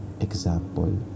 example